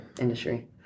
industry